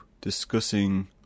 discussing